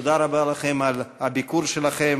תודה רבה לכם על הביקור שלכם,